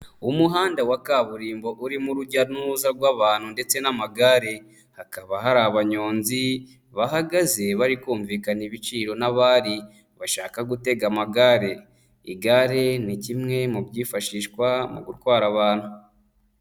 Umuhanda wa kaburimbo urimo urujya n'uruza rw'abantu ndetse n'amagare, hakaba hari abanyonzi bahagaze bari kumvikana ibiciro n'abari bashaka gutega amagare. Igare ni kimwe mu byifashishwa mu gutwara abantu.